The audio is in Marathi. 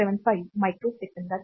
75 मायक्रो सेकंदात होते